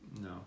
No